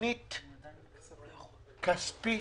תכנית כספית,